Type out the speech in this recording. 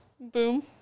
Boom